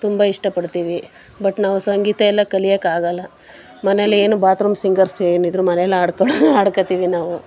ತುಂಬ ಇಷ್ಟಪಡ್ತೀವಿ ಬಟ್ ನಾವು ಸಂಗೀತ ಎಲ್ಲ ಕಲಿಯೋಕ್ಕಾಗಲ್ಲ ಮನೆಯಲ್ಲಿ ಏನು ಬಾತ್ರೂಮ್ ಸಿಂಗರ್ಸ್ ಏನಿದ್ದರೂ ಮನೆಯಲ್ಲಿ ಆಡ್ಕೊಂಡು ಆಡ್ಕೋತಿವಿ ನಾವು